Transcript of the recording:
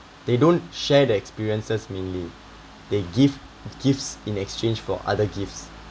they don't share their experiences mainly they give gifts in exchange for other gifts